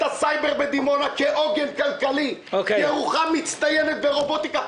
הסייבר בדימונה כעוגן כלכלי; ירוחם מצטיינת ברובוטיקה.